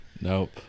nope